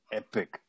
epic